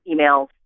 emails